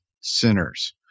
sinners